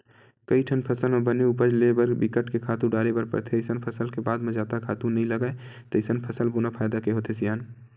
कइठन फसल म बने उपज ले बर बिकट के खातू डारे बर परथे अइसन फसल के बाद म जादा खातू नइ लागय तइसन फसल बोना फायदा के होथे सियान